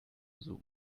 zoom